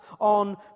on